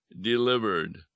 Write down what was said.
delivered